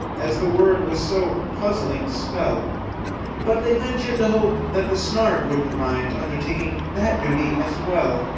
as the word was so puzzling to spell but they ventured to hope that the snark wouldn't mind undertaking that duty as well.